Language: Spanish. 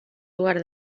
lugar